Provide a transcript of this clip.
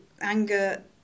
anger